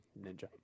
ninja